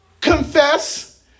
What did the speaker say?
Confess